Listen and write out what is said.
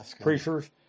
preachers